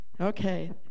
Okay